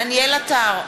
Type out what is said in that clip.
דניאל עטר,